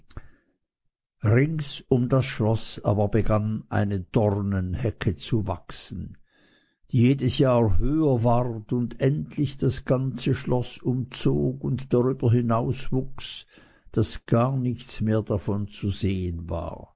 rings um das schloß aber begann eine dornenhecke zu wachsen die jedes jahr höher ward und endlich das ganze schloß umzog und darüber hinauswuchs daß gar nichts mehr davon zu sehen war